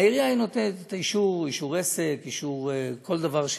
העירייה היא הנותנת את האישור, אישור עסק, כל דבר.